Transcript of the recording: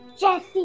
Jesse